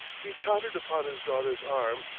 he tottered upon his daughter's arm,